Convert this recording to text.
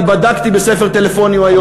אני בדקתי בספר טלפונים היום,